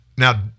Now